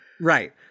Right